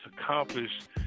accomplished